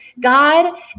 God